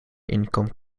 income